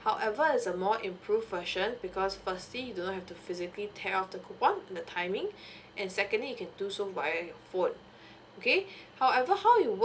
however it's a more improve version because firstly you do not have to physically tear off the coupon and the timing and secondly you can do so via your phone okay however how it works